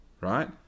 right